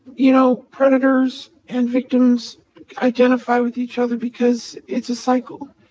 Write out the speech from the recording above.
you know predators and victims identify with each other because it's a cycle.